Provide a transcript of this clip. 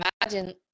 imagine